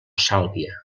sàlvia